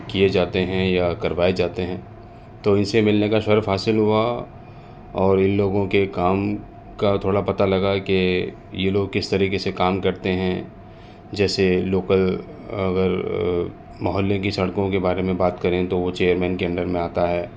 کیے جاتے ہیں یا کروائے جاتے ہیں تو ان سے ملنے کا شرف حاصل ہوا اور ان لوگوں کے کام کا تھوڑا پتا لگا کہ یہ لوگ کس طریقے سے کام کرتے ہیں جیسے لوکل اگر محلے کی سڑکوں کے بارے میں بات کریں تو وہ چیئر مین کے انڈر میں آتا ہے